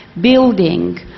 building